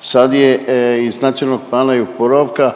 Sad je iz NPOO-a